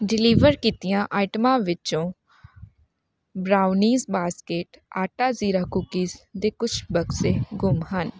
deliver ਕੀਤੀਆਂ ਆਈਟਮਾਂ ਵਿੱਚੋਂ ਬ੍ਰਾਊਨਿਜ਼ ਬਾਸਕੇਟ ਆਟਾ ਜ਼ੀਰਾ ਕੂਕੀਜ਼ ਦੇ ਕੁਛ ਬਕਸੇ ਗੁੰਮ ਹਨ